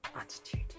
attitude